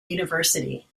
university